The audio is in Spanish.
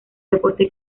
deporte